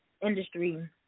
industry